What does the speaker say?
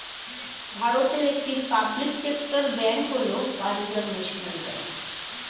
ভারতের একটি public sector bank হল পাঞ্জাব ন্যাশনাল ব্যাঙ্ক